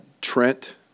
Trent